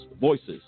voices